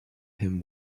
him